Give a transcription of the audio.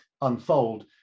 unfold